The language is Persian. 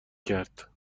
کرد